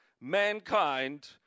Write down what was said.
mankind